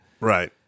Right